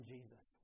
Jesus